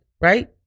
right